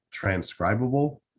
transcribable